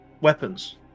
Weapons